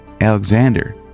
Alexander